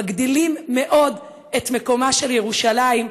מגדילים מאוד את מקומה של ירושלים,